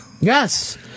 Yes